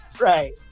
Right